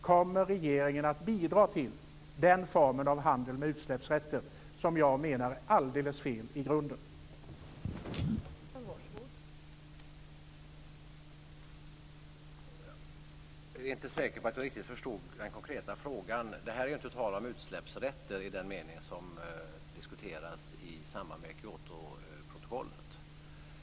Kommer regeringen att bidra till den formen av handel med utsläppsrätter, som jag menar i grunden är fel?